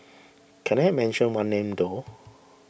can I mention one name though